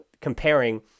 comparing